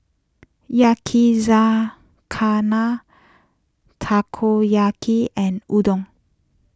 Yakizakana Takoyaki and Udon